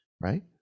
right